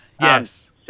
Yes